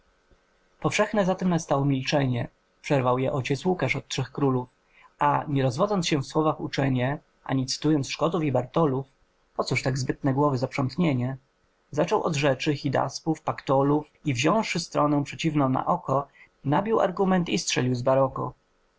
powszechne zatem nastało milczenie przerwał go ojciec łukasz od trzech królów a nie rozwodząc się w słowach uczenie ani cytując szkotów i bartolów pocóż tak zbytne głowy zaprzątnienie zaczął od rzeczy hidaspów paktolów i wziąwszy stronę przeciwną na oko nabił argument i strzelił z